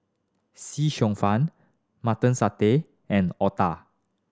see cheong fun Mutton Satay and otah